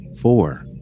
four